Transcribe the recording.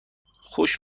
خوش